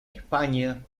españa